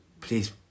please